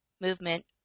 movement